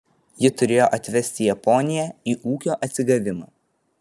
ji turėjo atvesti japoniją į ūkio atsigavimą